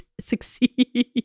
succeed